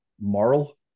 moral